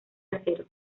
acero